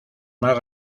más